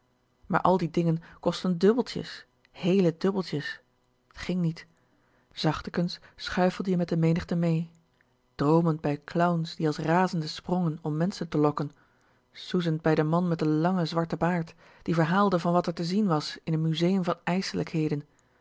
maar al die dingen kostten dubbeltjes hééle dubbeltjes t ging niet zachtekens schuifelde je met de menigte mee droomend bij clowns die als razenden sprongen om menschen te lokken soezend bij den man met den langen zwarten baard die verhaalde van wat r te zien was in n museum van ijselijkheden